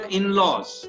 in-laws